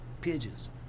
pigeons